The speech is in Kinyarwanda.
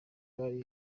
hari